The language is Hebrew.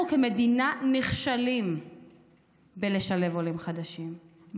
אנחנו כמדינה נכשלים בלשלב עולים חדשים,